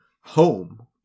home